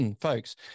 folks